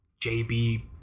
JB